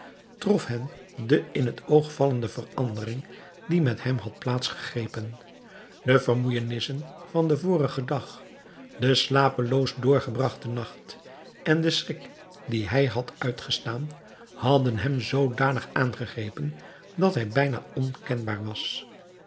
hen de in het oog vallende verandering die met hem had plaats gegrepen de vermoeijenissen van den vorigen dag de slapeloos doorgebragte nacht en de schrik dien hij had uitgestaan hadden hem zoodanig aangegrepen dat hij bijna onkenbaar was